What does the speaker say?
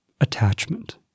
attachment